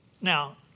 Now